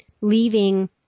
leaving